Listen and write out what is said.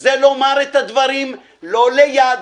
זה לומר את הדברים לא ליד,